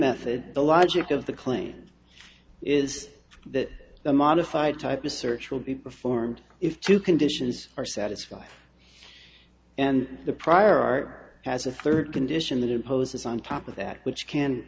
method the logic of the claim is that the modified type research will be performed if two conditions are satisfied and the prior art has a third condition that imposes on top of that which can